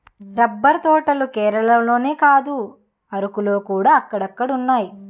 rubber తోటలు కేరళలోనే కాదు అరకులోకూడా అక్కడక్కడున్నాయి